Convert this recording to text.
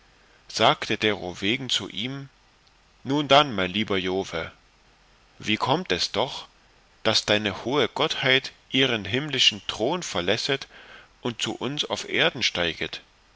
sagte derowegen zu ihm nun dann mein lieber jove wie kommt es doch daß deine hohe gottheit ihren himmlischen thron verlässet und zu uns auf erden steiget